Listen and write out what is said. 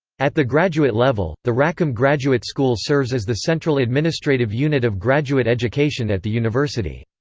at the graduate level, the rackham graduate school serves as the central administrative unit of graduate education at the university.